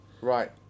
Right